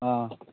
ആ